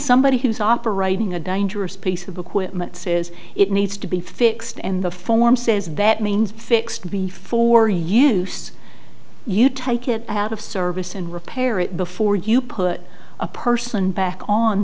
somebody who's operating a dangerous piece of equipment says it needs to be fixed and the form says that means fixed before use you take it out of service and repair it before you put a person back on